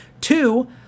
Two